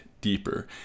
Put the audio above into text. deeper